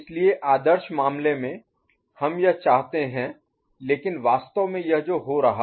इसलिए आदर्श मामले में हम यह चाहते हैं लेकिन वास्तव में यह है जो हो रहा है